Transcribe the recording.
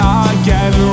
again